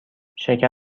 شکر